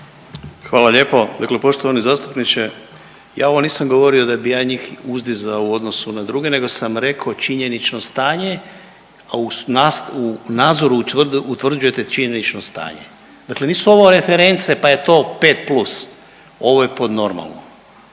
Hvala lijepo. Dakle poštovani zastupniče, ja ovo nisam govorio da bi ja njih uzdizao u odnosu na druge nego sam rekao činjenično stanje, a u nadzoru utvrđujete činjenično stanje. Dakle nisu ovo reference, pa je to 5+, ovo je pod normalno